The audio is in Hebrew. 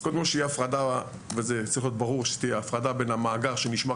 שתהיה הפרדה וצריך להיות ברור שתהיה הפרדה בין המאגר שנשמר